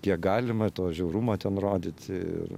kiek galima to žiaurumo ten rodyti ir